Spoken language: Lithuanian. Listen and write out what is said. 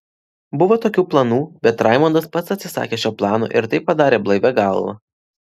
buvo tokių planų bet raimondas pats atsisakė šio plano ir tai padarė blaivia galva